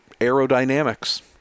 aerodynamics